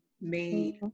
made